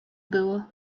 było